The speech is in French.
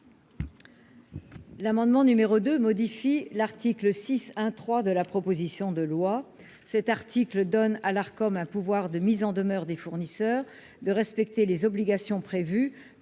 L'amendement numéro 2 modifie l'article 6 1 3 de la proposition de loi cet article donne à l'art comme un pouvoir de mise en demeure des fournisseurs de respecter les obligations prévues